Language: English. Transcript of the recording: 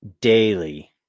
daily